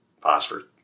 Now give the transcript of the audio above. phosphorus